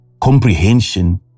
Comprehension